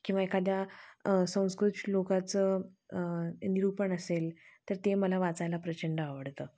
किंवा एखाद्या संस्कृत श्लोकाचं निरूपण असेल तर ते मला वाचायला प्रचंड आवडतं